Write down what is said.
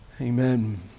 Amen